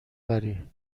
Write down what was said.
بری